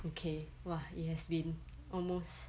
okay !wah! it has been almost